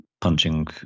punching